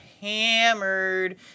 hammered